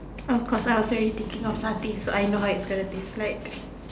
of course I was already thinking of satay so I know how it's going to taste like